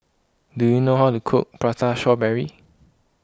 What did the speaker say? do you know how to cook Prata Strawberry